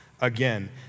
again